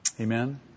amen